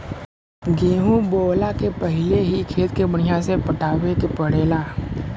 गेंहू बोअला के पहिले ही खेत के बढ़िया से पटावे के पड़ेला